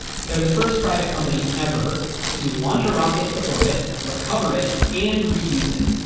they're the first private company ever to launch a rocket to orbit, recover it, and reuse it.